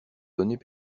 données